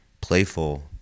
playful